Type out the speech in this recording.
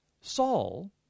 Saul